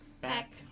back